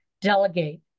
delegate